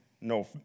no